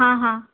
हां हां